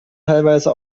teilweise